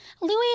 Louis